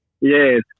Yes